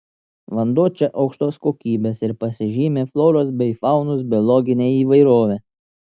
vanduo čia aukštos kokybės ir pasižymi floros bei faunos biologine įvairove